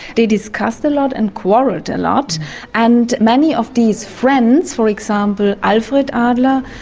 they discussed a lot and quarrelled a lot and many of these friends, for example alfred adler,